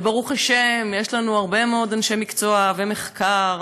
וברוך השם יש לנו הרבה אנשי מקצוע ומחקר,